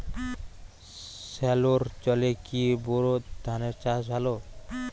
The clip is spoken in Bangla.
সেলোর জলে কি বোর ধানের চাষ ভালো?